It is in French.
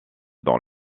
dans